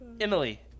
Emily